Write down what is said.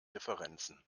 differenzen